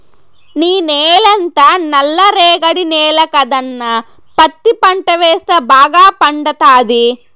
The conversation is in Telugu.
నీ నేలంతా నల్ల రేగడి నేల కదన్నా పత్తి పంట వేస్తే బాగా పండతాది